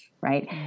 right